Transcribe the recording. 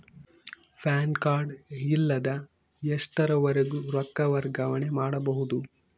PAN card ಇಲ್ಲದ ಎಷ್ಟರವರೆಗೂ ರೊಕ್ಕ ವರ್ಗಾವಣೆ ಮಾಡಬಹುದು?